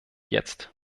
jetzt